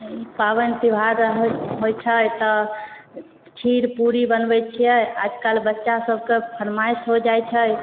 ई पाबनि तिहार रहै होइ छै तऽ खीर पूड़ी बनबै छिए आजकल बच्चासभके फरमाइश हो जाइ छै